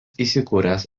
įsikūręs